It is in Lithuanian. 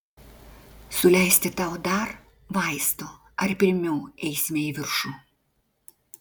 suleisti tau dar vaistų ar pirmiau eisime į viršų